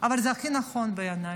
אבל זה הכי נכון בעיניי.